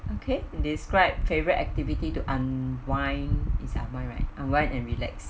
okay describe favorite activity to unwind is unwind right unwind and relax